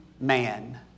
man